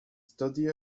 study